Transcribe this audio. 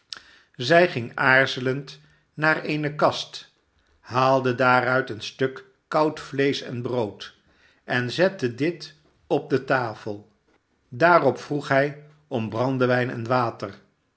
zij ging aarzelend naar eene kast haalde daaruit een stuk koud vleesch en brood en zette dit op de tafel daarop vroeg hij om brandewijn en water